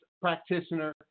practitioner